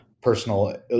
personal